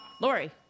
Lori